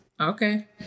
Okay